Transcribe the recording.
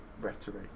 rhetoric